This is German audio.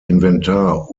inventar